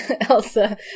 Elsa